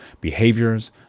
behaviors